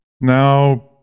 Now